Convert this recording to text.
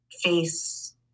face